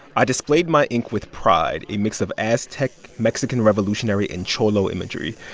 i displayed my ink with pride, a mix of aztec mexican revolutionary and cholo imagery.